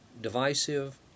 divisive